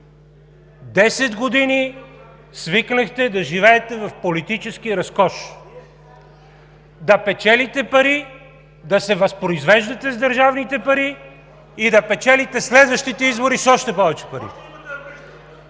години свикнахте да живеете в политически разкош – да печелите пари, да се възпроизвеждате с държавните пари и да печелите следващите избори с още повече пари!